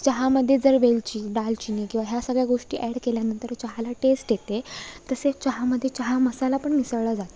चहामध्ये जर वेलची दालचिनी किंवा ह्या सगळ्या गोष्टी अॅड केल्यानंतर चहाला टेस्ट येते तसेच चहामध्ये चहा मसाला पण मिसळला जातो